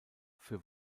für